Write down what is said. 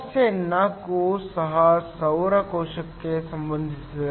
ಸಮಸ್ಯೆ 4 ಸಹ ಸೌರ ಕೋಶಕ್ಕೆ ಸಂಬಂಧಿಸಿದೆ